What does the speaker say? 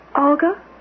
Olga